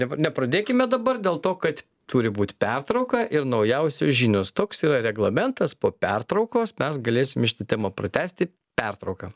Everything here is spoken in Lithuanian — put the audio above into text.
ne nepradėkime dabar dėl to kad turi būti pertrauka ir naujausios žinios toks yra reglamentas po pertraukos mes galėsim šitą temą pratęsti pertrauka